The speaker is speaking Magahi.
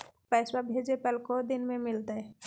पैसवा भेजे पर को दिन मे मिलतय?